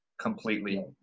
completely